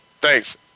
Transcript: Thanks